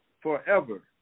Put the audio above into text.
forever